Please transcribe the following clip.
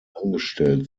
angestellt